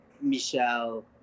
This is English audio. Michelle